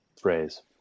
phrase